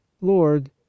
Lord